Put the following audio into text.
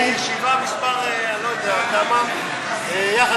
ישיבה מס' אני לא יודע כמה,